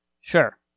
Sure